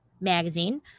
Magazine